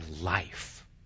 life